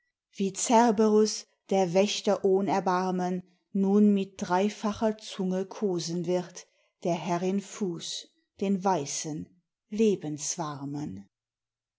wie cerberus der wächter ohn erbarmen nun mit dreifacher zunge kosen wird der herrin fuß den weißen lebenswarmen